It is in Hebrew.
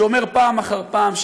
שאומר פעם אחר פעם,